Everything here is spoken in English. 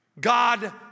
God